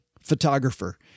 photographer